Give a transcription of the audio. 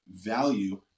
value